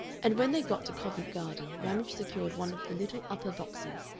and when they got to covent garden ramage secured one of the little upper boxes,